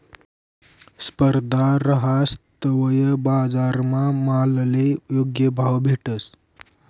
स्पर्धा रहास तवय बजारमा मालले योग्य भाव भेटस